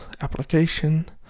application